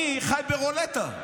אני חי ברולטה,